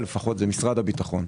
זה משרד הביטחון.